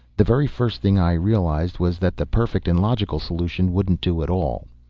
the very first thing i realized, was that the perfect and logical solution wouldn't do at all.